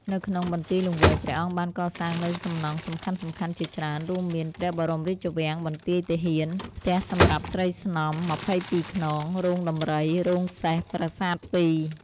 នៅក្នុងបន្ទាយលង្វែក ព្រះអង្គបានកសាងនូវសំណង់សំខាន់ៗជាច្រើន រួមមាន ព្រះបរមរាជវាំង បន្ទាយទាហាន ផ្ទះសម្រាប់ស្រីស្នំ ២២ ខ្នង រោងដំរី រោងសេះ ប្រាសាទពីរ។